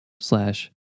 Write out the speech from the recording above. slash